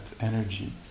energy